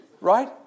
Right